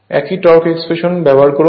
একই torque expression ব্যবহার করুন